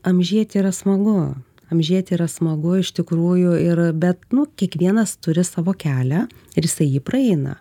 amžėti yra smagu amžėti yra smagu iš tikrųjų ir bet nu kiekvienas turi savo kelią ir jisai jį praeina